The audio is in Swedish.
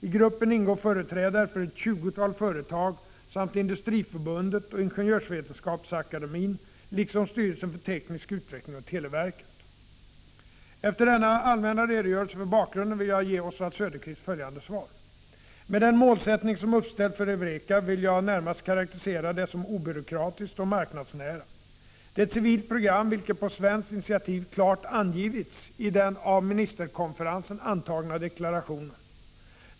I gruppen ingår företrädare för ett tjugotal företag samt Industriförbundet och Ingenjörsvetenskapsakademien liksom styrelsen för teknisk utveckling och televerket. Efter denna allmänna redogörelse för bakgrunden, vill jag ge Oswald Söderqvist följande svar. Med den målsättning som uppställts för EUREKA vill jag närmast karakterisera det som obyråkratiskt och marknadsnära. Det är vidare ett civilt program, vilket på svenskt initiativ klart angivits i den av ministerkonferensen antagna deklarationen.